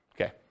Okay